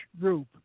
group